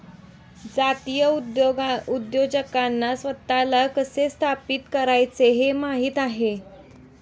जातीय उद्योजकांना स्वतःला कसे स्थापित करायचे हे माहित आहे